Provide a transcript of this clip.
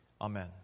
Amen